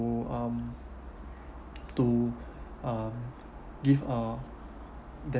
to um to um give a death